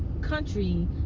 country